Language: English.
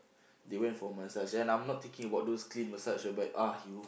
they went for a massage and I'm not thinking about those clean massage !ugh! you